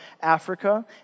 Africa